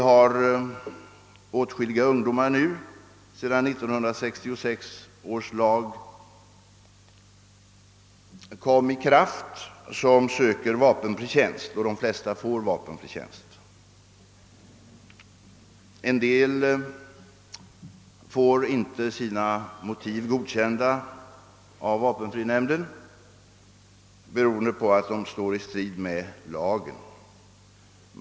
Det finns nu, sedan 1966 års lag trädde i kraft, åtskilliga ungdomar som söker vapenfri tjänst, och de flesta får vapenfri tjänst. En del får inte sina motiv godkända av vapenfrinämnden, beroende på att dessa står i strid med lagen.